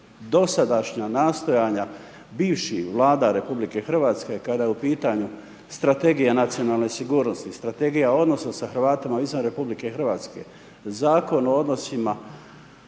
dosadašnja nastojanja bivših vlada RH, kada je u pitanju strategija nacionalne sigurnosti, strategija odnosa s Hrvatima izvan RH, zakon o odnosima RH